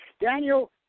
Daniel